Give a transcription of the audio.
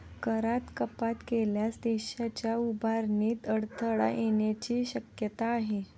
करात कपात केल्यास देशाच्या उभारणीत अडथळा येण्याची शक्यता आहे